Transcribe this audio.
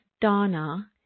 Donna